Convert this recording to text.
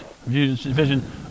vision